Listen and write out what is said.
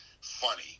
funny